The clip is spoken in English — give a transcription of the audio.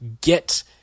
get